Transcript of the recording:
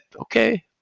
okay